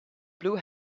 blue